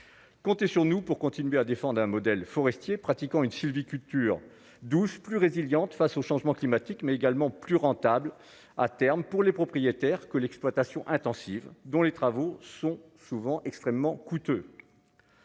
comptez sur nous pour continuer à défendre un modèle forestier pratiquant une sylviculture douce plus résilientes face au changement climatique mais également plus rentable à terme pour les propriétaires que l'exploitation intensive, dont les travaux sont souvent extrêmement coûteux.